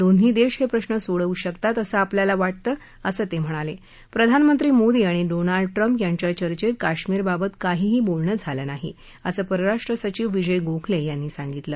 दोन्ही दक्षाहप्रिश्र सोडवू शकतात असं आपल्याला वाटतं असं तक् म्हणाल प्रधानमंत्री मोदी आणि डोनाल्ड ट्रम्प यांच्या चर्चेत कश्मिरबाबत काहीही बोलणं झालं नाही असं परराष्ट्र सचीव विजय गोखल्यांनी सांगितलं